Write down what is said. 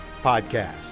Podcast